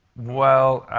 well,